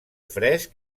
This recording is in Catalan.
fresc